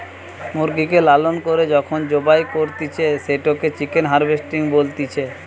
মুরগিকে লালন করে যখন জবাই করতিছে, সেটোকে চিকেন হার্ভেস্টিং বলতিছে